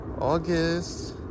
august